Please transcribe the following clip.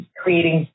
creating